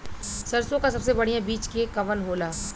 सरसों क सबसे बढ़िया बिज के कवन होला?